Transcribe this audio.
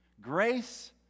Grace